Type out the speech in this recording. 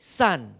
son